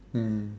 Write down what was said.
mm